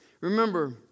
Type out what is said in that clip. Remember